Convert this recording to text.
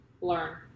Learn